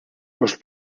los